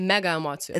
mega emocija